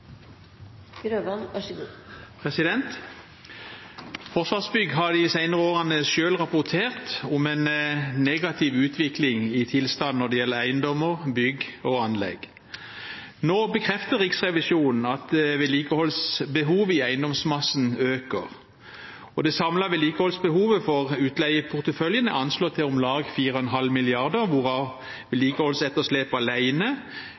negativ utvikling i tilstanden når det gjelder eiendommer, bygg og anlegg. Nå bekrefter Riksrevisjonen at vedlikeholdsbehovet i eiendomsmassen øker. Det samlede vedlikeholdsbehovet for utleieporteføljen er anslått til om lag 4,5 mrd. kr, hvorav